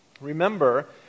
Remember